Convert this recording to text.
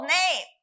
name